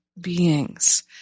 beings